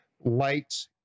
light